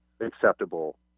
acceptable